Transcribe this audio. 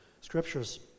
scriptures